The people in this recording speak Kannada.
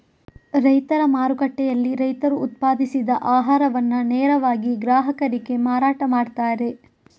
ರೈತರ ಮಾರುಕಟ್ಟೆಯಲ್ಲಿ ರೈತರು ಉತ್ಪಾದಿಸಿದ ಆಹಾರವನ್ನ ನೇರವಾಗಿ ಗ್ರಾಹಕರಿಗೆ ಮಾರಾಟ ಮಾಡ್ತಾರೆ